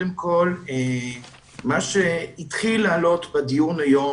קודם כל, מה שהתחיל לעלות בדיון היום,